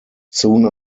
soon